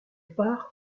pars